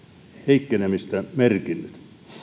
heikkenemistä merkinnyt